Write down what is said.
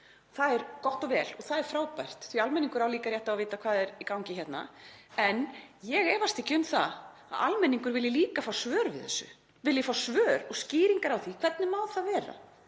Það er gott og vel og það er frábært því almenningur á líka rétt á að vita hvað er í gangi hérna. En ég efast ekki um að almenningur vill líka fá svör og skýringar á þessu: Hvernig má það vera